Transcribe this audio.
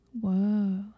Whoa